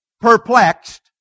Perplexed